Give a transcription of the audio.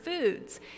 foods